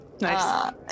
Nice